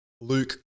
Luke